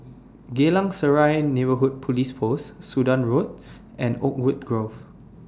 Geylang Serai Neighbourhood Police Post Sudan Road and Oakwood Grove